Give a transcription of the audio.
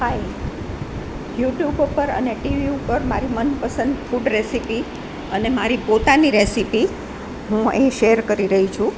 હાય YouTube ઉપર અને TV ઉપર મારી મનપસંદ ફૂડ રેસીપી અને મારી પોતાની રેસીપી હું અહીં શેર કરી રહી છું